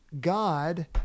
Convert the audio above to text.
God